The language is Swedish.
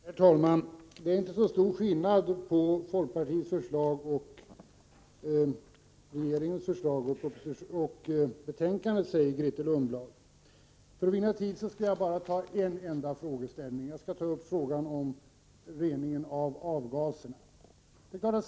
Herr talman! Det är inte så stor skillnad mellan folkpartiets förslag och regeringens förslag jämte betänkandet, sade Grethe Lundblad. För att vinna tid skall jag ta upp bara en enda fråga, nämligen frågan om rening av avgaserna.